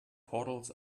portals